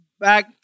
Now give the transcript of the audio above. back